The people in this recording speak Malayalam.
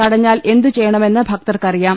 തടഞ്ഞാൽ എന്തു ചെയ്യണമെന്ന് ഭക്തർക്കറിയാം